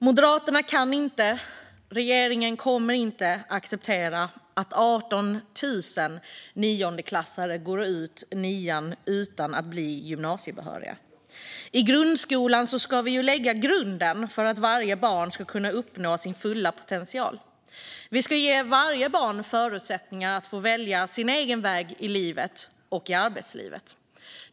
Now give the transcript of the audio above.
Moderaterna kan inte acceptera - och regeringen kommer inte att acceptera - att 18 000 elever går ut nian utan att bli gymnasiebehöriga. I grundskolan ska vi ju lägga grunden för att varje barn ska kunna uppnå sin fulla potential. Vi ska ge varje barn förutsättningar att välja sin egen väg i livet och i arbetslivet.